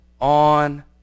on